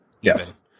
Yes